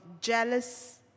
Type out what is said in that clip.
jealous